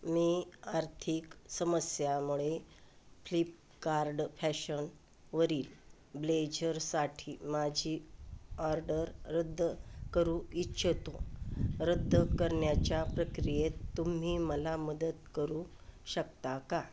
मी आर्थिक समस्यामुळे फ्लिपकार्ड फॅशनवरील ब्लेझरसाठी माझी ऑर्डर रद्द करू इच्छितो रद्द करण्याच्या प्रक्रियेत तुम्ही मला मदत करू शकता का